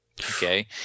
Okay